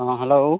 ᱦᱮᱸ ᱦᱮᱞᱳ